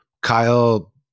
Kyle